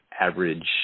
average